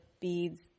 beads